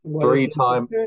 Three-time